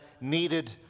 needed